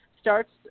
starts